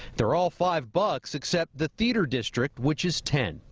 they're all five bucks except the theater district, which is ten.